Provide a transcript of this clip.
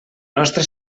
nostra